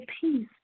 peace